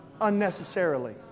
unnecessarily